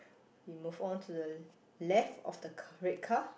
we move on to the left of the car red car